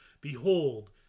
Behold